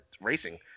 racing